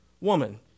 Woman